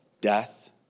death